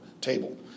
table